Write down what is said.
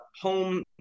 home